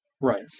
Right